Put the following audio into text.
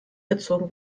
gezogen